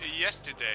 yesterday